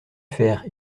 faire